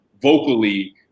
vocally